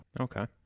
Okay